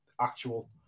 actual